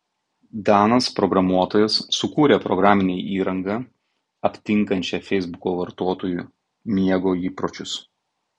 danas programuotojas sukūrė programinę įrangą aptinkančią feisbuko vartotojų miego įpročius